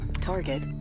Target